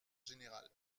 général